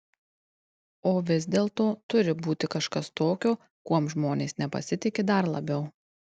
o vis dėlto turi būti kažkas tokio kuom žmonės nepasitiki dar labiau